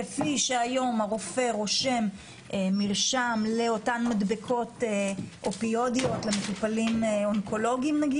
כפי שהרופא רושם היום מרשם למדבקות אופיואידיות למטופלים אונקולוגיים.